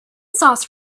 sauce